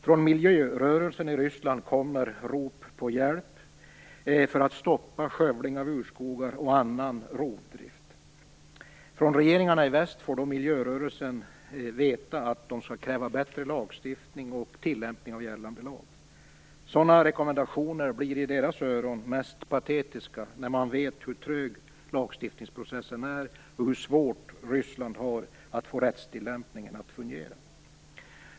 Från miljörörelsen i Ryssland kommer rop på hjälp för att stoppa skövling av urskogar och annan rovdrift. Från regeringarna i väst får miljörörelsen veta att man skall kräva bättre lagstiftning och tillämpning av gällande lag. Sådana rekommendationer blir mest patetiska när man vet hur trög lagstiftningsprocessen är och hur svårt Ryssland har att få rättstillämpningen att fungera.